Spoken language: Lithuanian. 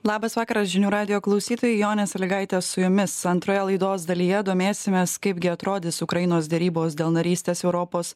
labas vakaras žinių radijo klausytojai jonė saligaite su jumis antroje laidos dalyje domėsimės kaipgi atrodys ukrainos derybos dėl narystės europos